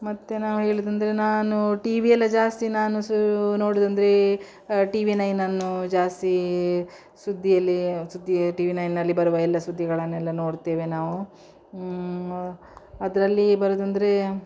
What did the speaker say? ಮತ್ತು ನಾವು ಹೇಳುದಂದರೆ ನಾನು ಟಿವಿಯೆಲ್ಲ ಜಾಸ್ತಿ ನಾನು ಸೂ ನೋಡುದಂದರೆ ಟಿವಿ ನೈನನ್ನು ಜಾಸ್ತಿ ಸುದ್ದಿಯಲ್ಲಿ ಸುದ್ದಿ ಟಿವಿ ನೈನಲ್ಲಿ ಬರುವ ಎಲ್ಲ ಸುದ್ದಿಗಳನ್ನೆಲ್ಲ ನೋಡ್ತೇವೆ ನಾವು ಅದರಲ್ಲಿ ಬರುವುದಂದ್ರೆ